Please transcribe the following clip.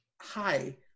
hi